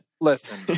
Listen